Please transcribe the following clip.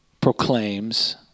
proclaims